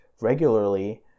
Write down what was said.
regularly